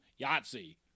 Yahtzee